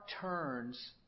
turns